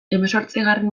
hemezortzigarren